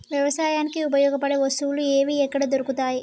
వ్యవసాయానికి ఉపయోగపడే వస్తువులు ఏవి ఎక్కడ దొరుకుతాయి?